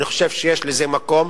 אני חושב שיש לזה מקום.